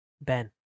Ben